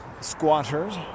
squatters